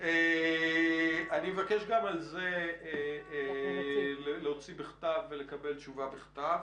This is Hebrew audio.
אני מבקש גם על זה לקבל תשובה בכתב.